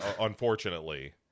unfortunately